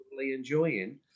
enjoying